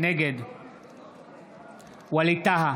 נגד ווליד טאהא,